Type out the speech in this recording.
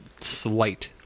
slight